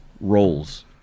roles